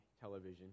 television